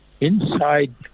inside